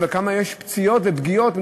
אבל כמה פציעות ופגיעות יש?